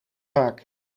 vaak